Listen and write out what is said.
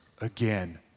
again